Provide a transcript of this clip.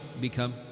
become